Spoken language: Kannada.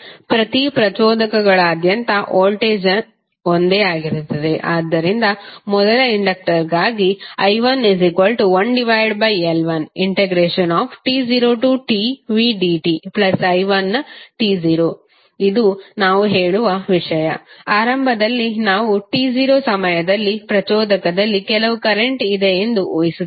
ಪ್ರತಿ ಪ್ರಚೋದಕಗಳಾದ್ಯಂತ ವೋಲ್ಟೇಜ್ ಒಂದೇ ಆಗಿರುತ್ತದೆ ಆದ್ದರಿಂದ ಮೊದಲ ಇಂಡಕ್ಟರ್ಗಾಗಿ i11L1t0tvdti1t0 ಇದು ನಾವು ಹೇಳುವ ವಿಷಯ ಆರಂಭದಲ್ಲಿ ನಾವು t0 ಸಮಯದಲ್ಲಿ ಪ್ರಚೋದಕದಲ್ಲಿ ಕೆಲವು ಕರೆಂಟ್ ಇದೆ ಎಂದು ಊಹಿಸುತ್ತೇವೆ